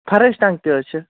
فرٲش ٹَنگ تہِ حظ چھِ